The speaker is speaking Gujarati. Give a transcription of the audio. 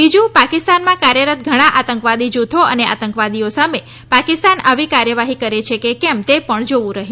બીજું પાકિસ્તાનમાં કાર્યરત ઘણા આતંકવાદીજૂથો અને આતંકવાદીઓ સામે પાકિસ્તાન આવી કાર્યવાહી કરે છે કે કેમ તે પણ જોવું રહ્યું